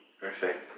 Perfect